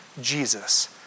Jesus